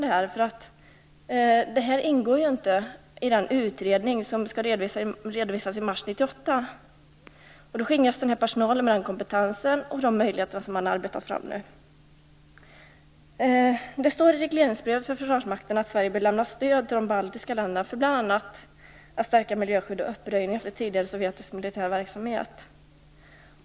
Dessa frågor ingår inte i den utredning som skall redovisas i mars 1998. Då skingras personalen, och kompetensen och de möjligheter som man har arbetat fram försvinner. Det står i regleringsbrevet för Försvarsmakten att Sverige bör lämna stöd till de baltiska länderna bl.a. när det gäller att stärka miljöskyddet och att röja upp efter tidigare sovjetisk militär verksamhet.